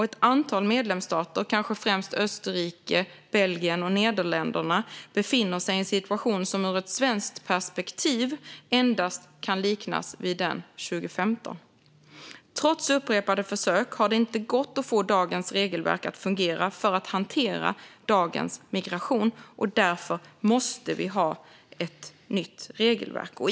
Ett antal medlemsstater, kanske främst Österrike, Belgien och Nederländerna, befinner sig i en situation som ur ett svenskt perspektiv endast kan liknas vid den 2015. Trots upprepade försök har det inte gått att få dagens regelverk att fungera för att hantera dagens migration, och därför måste vi ha ett nytt regelverk.